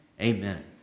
amen